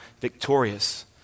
victorious